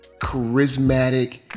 charismatic